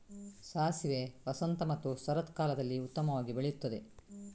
ಸಾಸಿವೆ ವಸಂತ ಮತ್ತು ಶರತ್ಕಾಲದಲ್ಲಿ ಉತ್ತಮವಾಗಿ ಬೆಳೆಯುತ್ತದೆ